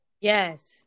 Yes